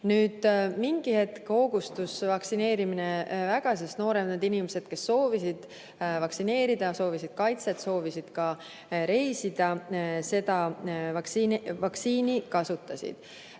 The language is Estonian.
kaudu. Mingi hetk hoogustus vaktsineerimine väga, sest nooremad inimesed, kes soovisid vaktsineerida, soovisid kaitset, soovisid ka reisida, seda võimalust kasutasid.